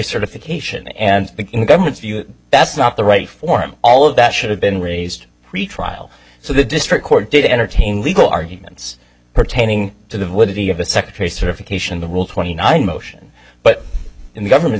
certification and the government's view that's not the right form all of that should have been raised trial so the district court did entertain legal arguments pertaining to the validity of a secretary sort of occasion the rule twenty nine motion but in the government's